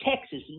Texas